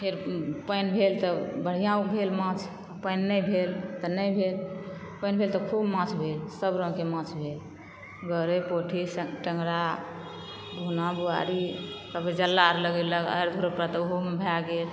फेर पानि भेल तऽ बढ़िऑं भेल माछ पानि नहि भेल तऽ नहि भेल पानि भेल तऽ खूब माछ भेल सब रंगके माछ भेल गरइ पोठी टेंगरा भुना बुआरी तब जला अर लगेलक आरि धूर पर तऽ ओहोमे भए गेल